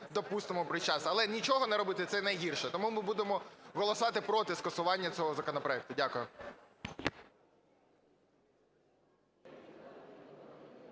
допустимо при часі. Але нічого не робити – це найгірше. Тому ми будемо голосувати проти скасування цього законопроекту. Дякую.